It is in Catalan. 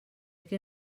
què